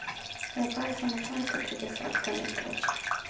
व्यापार समाचार पत्र के साथ कनेक्ट होचे?